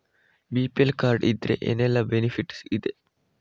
BPL card ಇದ್ರೆ ಏನೆಲ್ಲ benefit ಇದೆ?